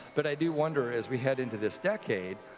but i do wonder as we head into this decade,